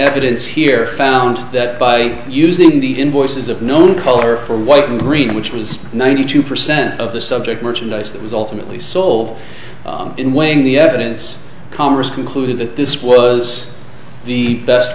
evidence here found that by using the invoices of known color for white and green which was ninety two percent of the subject merchandise that was ultimately sold in weighing the evidence congress concluded that this was the best